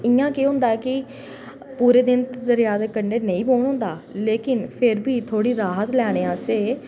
इ'यां केह् होंदा की पूरे दिन दरेआ दे कंढै नेईं बौह्न होंदा लेकिन फिर बी थोह्ड़ी राह्त लैने आस्तै